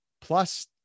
plus